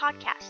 podcast